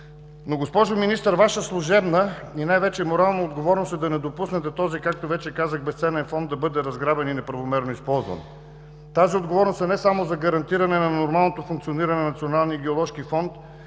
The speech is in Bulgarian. Госпожо Министър, Ваша служебна и най-вече морална отговорност е да не допуснете този, както вече казах, безценен фонд да бъде разграбен и неправомерно използван. Тази отговорност е не само за гарантиране на нормалното функциониране на Националния геоложки фонд,